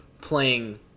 playing